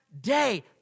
day